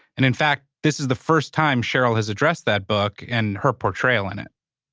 and in fact, this is the first time sheryl has addressed that book and her portrayal in it.